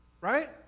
right